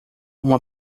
uma